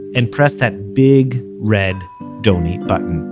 and press that big red donate button.